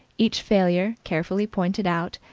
each failure carefully pointed out,